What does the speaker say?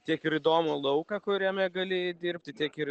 tiek ir įdomų lauką kuriame gali dirbti tiek ir